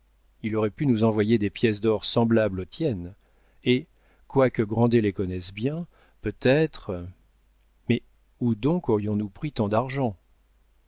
il aurait pu nous envoyer des pièces d'or semblables aux tiennes et quoique grandet les connaisse bien peut-être mais où donc aurions-nous pris tant d'argent